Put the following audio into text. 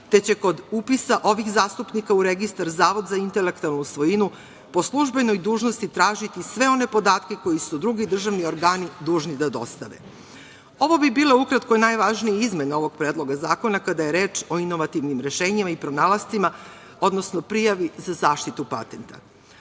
te će kod upisa ovih zastupnika u registar Zavod za intelektualnu svojinu po službenoj dužnosti tražiti sve one podatke koje su drugi državni organi dužni da dostave. Ovo bi bile ukratko i najvažnije izmene ovog Predloga zakona kada je reč o inovativnim rešenjima i pronalascima, odnosno prijavi za zaštitu patenta. Ako